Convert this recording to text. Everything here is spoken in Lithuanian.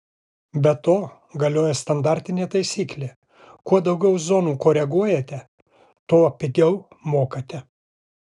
be to galioja standartinė taisyklė kuo daugiau zonų koreguojate tuo pigiau mokate